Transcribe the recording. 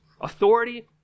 authority